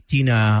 Tina